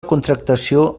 contractació